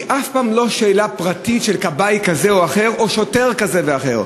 זו אף פעם לא שאלה פרטית של כבאי כזה או אחר או שוטר כזה ואחר.